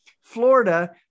florida